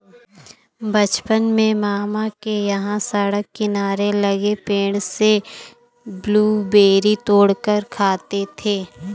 बचपन में मामा के यहां सड़क किनारे लगे पेड़ से ब्लूबेरी तोड़ कर खाते थे